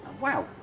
Wow